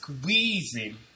squeezing